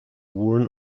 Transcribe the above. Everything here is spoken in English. worn